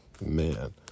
man